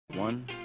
One